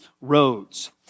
roads